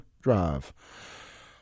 drive